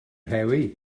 rhewi